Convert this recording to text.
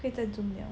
可以在中了